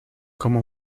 como